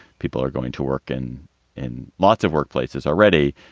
people are going to work and in lots of workplaces already.